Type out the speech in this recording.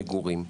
המגורים,